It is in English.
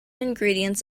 ingredients